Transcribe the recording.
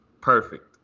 perfect